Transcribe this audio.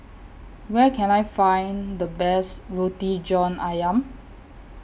Where Can I Find The Best Roti John Ayam